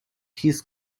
his